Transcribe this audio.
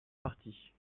partie